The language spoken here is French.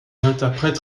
interprète